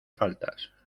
faltas